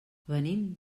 venim